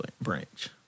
branch